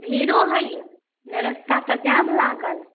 भीड़ो होइया नहि रस्ता तऽ जाम लागल